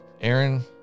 Aaron